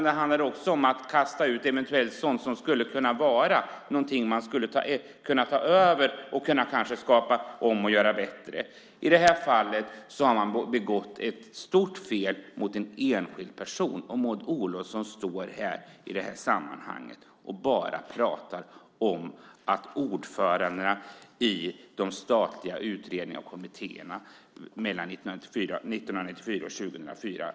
Det handlar också om att kasta ut sådant som man skulle kunna ta över och kanske skapa om och göra bättre. I detta fall har man begått ett stort fel mot en enskild person, och Maud Olofsson står här i detta sammanhang och bara talar om att det var ett visst antal socialdemokrater som var ordförande i de statliga utredningarna och kommittéerna mellan 1994 och 2004.